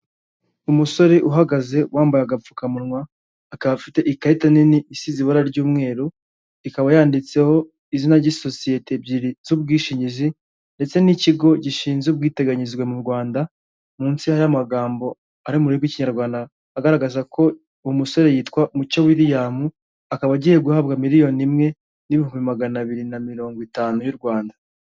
Umusore uhagaze wambaye agapfukamunwa, akaba afite ikarita nini isize ibara ry'umweru, ikaba yanditseho izina ry'isosiyete ebyiri z'ubwishingizi ndetse n'ikigo gishinze ubwiteganyizwe mu Rwanda, munsi hariho amagambo ari mururimi rw'ikinyarwanda agaragaza ko uwo musore yitwa umucyo william, akaba agiye guhabwa miliyoni imwe n'ibihumbi magana abiri na mirongo itanu y'u Rwanda.